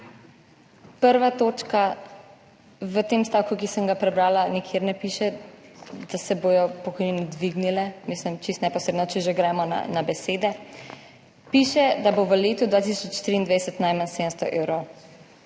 Prva točka, v tem stavku, ki sem ga prebrala, nikjer ne piše, da se bodo pokojnine dvignile. Mislim, čisto neposredno, če že gremo na besede. Piše, da bo v letu 2023 najmanj 700 evrov